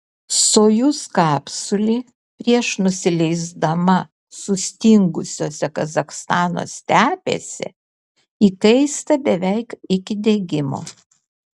sojuz kapsulė prieš nusileisdama sustingusiose kazachstano stepėse įkaista beveik iki degimo